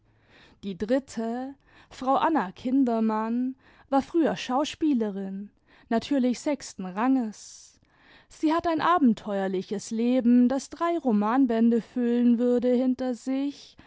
die dritte frau anna kindermann war früher schauspielerin natürlich sechsten ranges sie hat ein abenteuerliches leben das drei romanbände füllen würde hinter sich